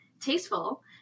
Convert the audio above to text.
tasteful